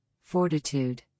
fortitude